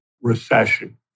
recession